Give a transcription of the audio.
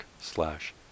slash